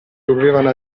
devono